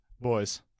boys